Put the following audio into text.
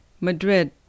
Madrid